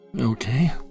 Okay